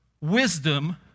wisdom